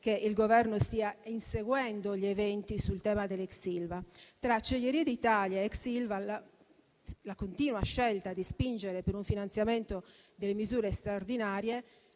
che il Governo stia inseguendo gli eventi sul tema dell'ex Ilva. Tra Acciaierie d'Italia ed ex Ilva, la continua scelta di spingere per un finanziamento delle misure straordinarie